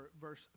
verse